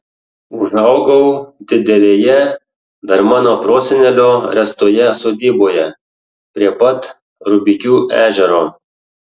užaugau didelėje dar mano prosenelio ręstoje sodyboje prie pat rubikių ežero